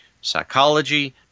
psychology